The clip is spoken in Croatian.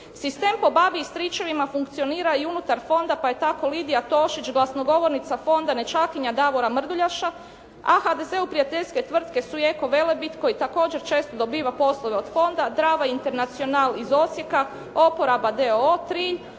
Sistem po babi i stričevima funkcionira i unutar Fonda pa je tako Lidija Tošić, glasnogovornica Fonda nećakinja Davora Mrduljaša a HDZ-u prijateljske tvrtke su i Eko Velebit koji također često dobiva poslove od Fonda, «Drava International» iz Osijeka, 2Oporaba» d.o.o.